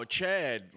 Chad